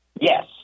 Yes